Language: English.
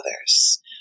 others